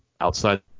outside